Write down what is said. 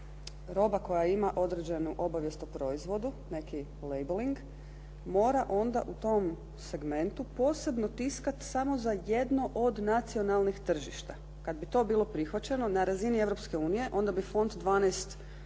roba koja ima određenu obavijest o proizvodu, neki leibeling mora onda u tom segmentu posebno tiskati samo za jedno od nacionalnih tržišta. Kad bi to bilo prihvaćeno na razini Europske unije onda bi font 12